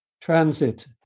transit